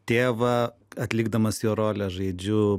tėvą atlikdamas jo rolę žaidžiu